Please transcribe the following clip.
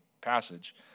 passage